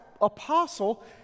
apostle